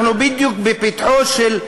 אנחנו בדיוק בפתחו של,